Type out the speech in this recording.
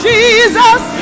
Jesus